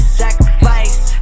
sacrifice